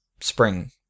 spring